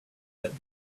that